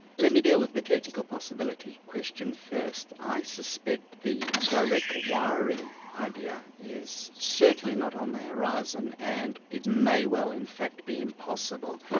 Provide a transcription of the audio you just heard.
let me deal with the technical possibility question first. i suspect the direct wiring idea is certainly not on the horizon and it may well in fact be impossible,